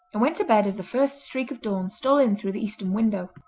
and went to bed as the first streak of dawn stole in through the eastern window.